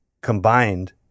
combined